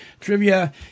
trivia